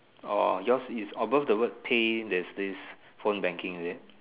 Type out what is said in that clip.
orh yours is above the word pay there's this phone banking is it